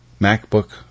MacBook